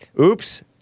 Oops